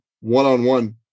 one-on-one